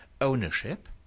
ownership